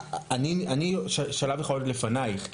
אני שלב אחד עוד לפנייך,